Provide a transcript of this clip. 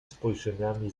spojrzeniami